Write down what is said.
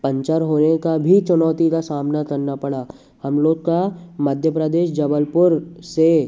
puncture होए का भी चुनौती का सामना करना पड़ा हम लोग का मध्य प्रदेश जबलपुर से